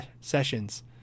Sessions